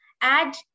Add